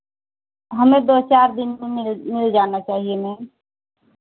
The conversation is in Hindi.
हमें दो चार दिन में मिल मिल जाना चाहिए मैम